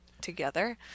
together